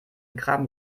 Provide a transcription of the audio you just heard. kram